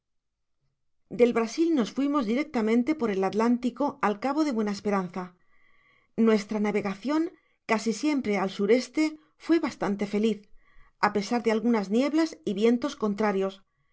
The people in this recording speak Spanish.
del brasil nos fuimos directamente por el atlántico al cabo de buena esperanza nuestra navegacion casi siempre al s e fué bastante feliz á pesar de algunas nieblas y vientos contrarios mas